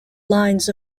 lines